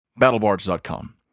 BattleBards.com